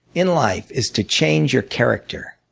in life is to change your character.